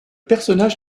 personnage